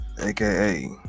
aka